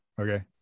Okay